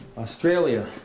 australia.